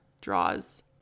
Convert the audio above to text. draws